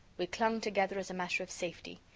we clung together as a matter of safety.